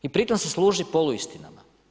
I pri tom se služi poluistinama.